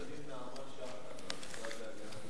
תודה גם לעורכת-דין נעמה שחר מהמשרד להגנת הסביבה.